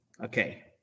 Okay